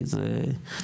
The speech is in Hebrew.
כי זה --- תראו,